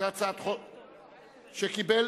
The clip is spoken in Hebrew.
שקיבלה